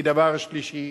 כדבר שלישי,